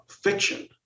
fiction